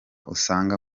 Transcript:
usanga